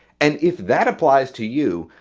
and if that applies to you,